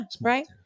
Right